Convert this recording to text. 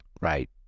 Right